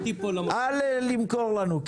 אל למכור לנו.